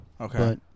Okay